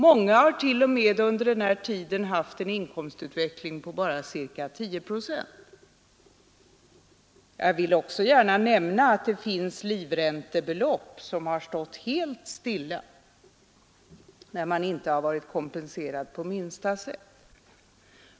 Många har t.o.m. under denna tid haft en utveckling på bara ca 10 procent. Jag vill också nämna att det finns livräntebelopp som har stått helt stilla och där vederbörande inte har varit kompenserad på minsta sätt.